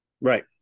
right